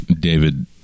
David